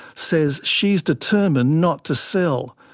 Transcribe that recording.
says she's determined not to sell.